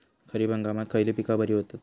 खरीप हंगामात खयली पीका बरी होतत?